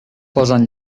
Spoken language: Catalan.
posen